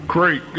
Great